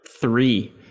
three